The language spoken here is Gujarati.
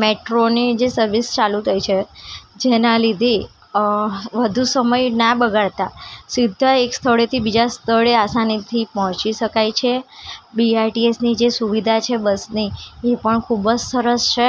મેટ્રોની જે સર્વિસ ચાલું થઈ છે જેનાં લીધે વધુ સમય ન બગાડતા સીધા એક સ્થળેથી બીજા સ્થળે આસાનીથી પહોંચી શકાય છે બી આર ટી એસની જે સુવિધા છે બસની એ પણ ખૂબ જ સરસ છે